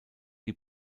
die